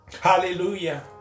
Hallelujah